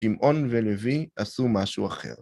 שמעון ולוי עשו משהו אחר.